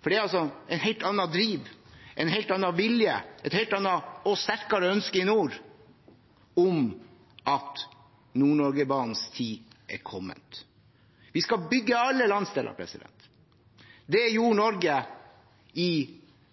For det er altså et helt annet driv, en helt annen vilje, et helt annet og sterkere ønske i nord om at Nord-Norge-banens tid er kommet. Vi skal bygge alle landsdeler. Det gjorde Norge i